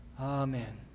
Amen